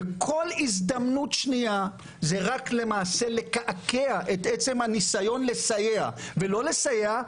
וכל הזדמנות שנייה זה רק למעשה לקעקע את עצם הניסיון לסייע ולא לסייע,